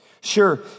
Sure